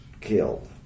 killed